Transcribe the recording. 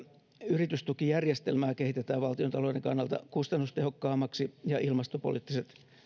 yritystukijärjestelmää kehitetään valtiontalouden kannalta kustannustehokkaammaksi ja ilmastopoliittiset